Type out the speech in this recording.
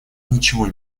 ничего